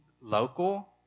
local